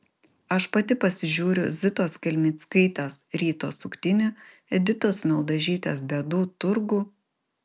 aš pati pasižiūriu zitos kelmickaitės ryto suktinį editos mildažytės bėdų turgų